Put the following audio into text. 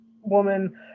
woman